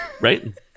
Right